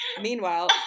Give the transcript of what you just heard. Meanwhile